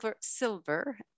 Silver